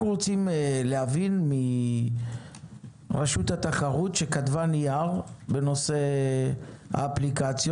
אנחנו רוצים להבין מרשות התחרות שכתבה נייר בנושא האפליקציות